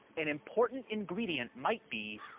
an important ingredient might be.